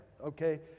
Okay